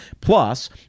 plus